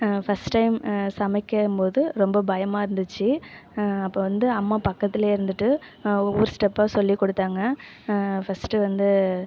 first time சமைக்கும்போது ரொம்ப பயமாக இருந்துச்சு அப்போ வந்து அம்மா பக்கத்துலேயே இருந்துட்டு ஒவ்வொரு ஸ்டெப்பாக சொல்லிக்கொடுத்தாங்க ஃபஸ்ட்டு வந்து